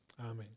Amen